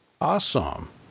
Awesome